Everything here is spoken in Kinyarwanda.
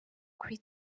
kuri